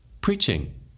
preaching